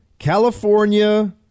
California